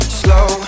slow